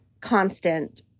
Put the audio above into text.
constant